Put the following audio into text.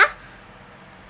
ya